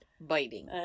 biting